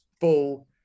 full